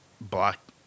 Block